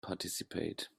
participate